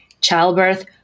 childbirth